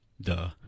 Duh